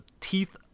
teeth